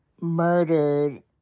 murdered